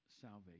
salvation